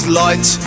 light